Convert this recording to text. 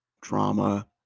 drama